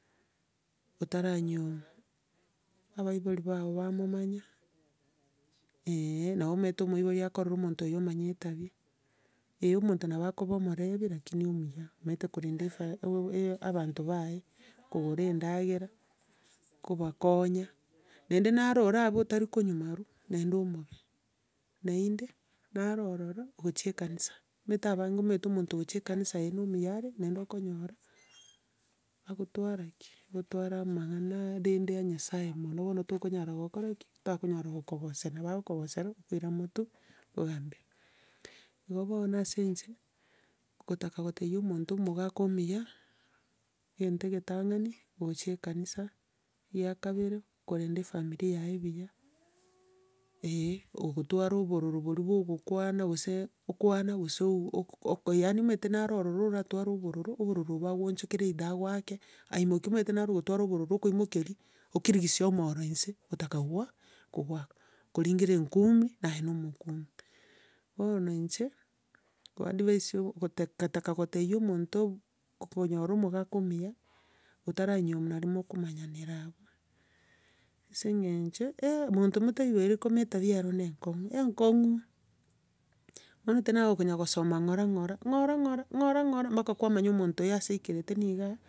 Otaranyiomwa abaibori bao bamomanya, nabo omanyete omoibori akorora omonto iga omanya etabia omonto nabo akoba omorebi lakini omuya, omanyete korenda efa- obob- e- abanto baye, kogora endagera, kobakonya, naende naro orabe otari konywa marwa, naende omobe. Naenda, naro ororo. ogochie ekanisa, omanyete abange omonto ogochia ekanisa ere na omuya are, nanede okonyora, akotwara ki? Akotwara amang'anaa rende ya nyasae mono bono tokonyara kokora ki? Takonyara kokogosera. Nabo akokogosera, okoira motwe ogamberwa. Igo bono ase inche, kotaka kotebia omonto omogaka omuya, egento egetang'ani, ogochia ekanisa, egia kabere, korenda efamiri yaye buya ogotwara obororo boria bwa ogokwana, gose okwana gose ok- ok- oko yaani omanyete naro ororo oratware obororo, obororo bakwonchokera either agoake, aimokia. Omanyete naro ogotwara obororo, okoimokeria, okirigisia omooro inse, okotaka kokoa, kokoaka, okoringera engumi naye na omokungu. Bono inche, koadvice o kotaka taka kotebia omonto kokonyora omogaka omuya, otaranyiomwa nari mokomanyanera abwo. Ase eng'encho eh, monto motaigwere kome etabia ero na enkong'u, enkong'u. Bono omanyete naye okonya kosoma ng'ora ng'ora, ng'ora ng'ora, ng'ora ng'ora, mpaka kwamanya omonto iga ase yaikerete niga.